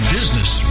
Business